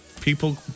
people